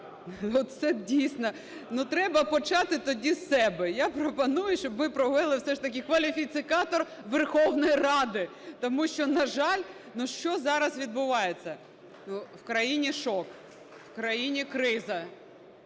це, дійсно, ну, треба почати тоді з себе. Я пропоную, щоб ви провели все ж таки кваліфікатор Верховної Ради. Тому що, на жаль, ну, що зараз відбувається? В країні шок, в країні криза,